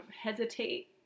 hesitate